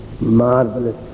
marvelous